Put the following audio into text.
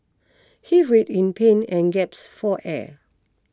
he writhed in pain and gaps for air